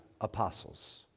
apostles